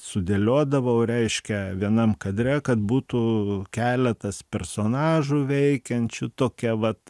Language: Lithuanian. sudėliodavau reiškia vienam kadre kad būtų keletas personažų veikiančių tokia vat